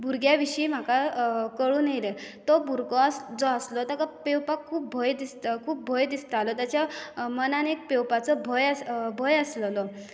भुरग्याची विशीं म्हाका कळून येलें तो भुरगो जो आसलो तेका पेंवपाक खूब भंय खूब भंय दिसतालो तेच्या मनान एक पेंवपाचो भंय भंय आसलेलो